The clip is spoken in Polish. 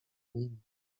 nim